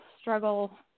struggle